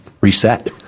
reset